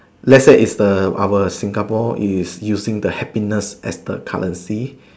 let's say it's the our Singapore is using the happiest as the currency